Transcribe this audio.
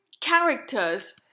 characters